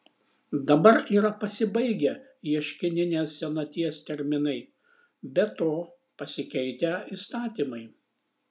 dabar yra pasibaigę ieškininės senaties terminai be to pasikeitę įstatymai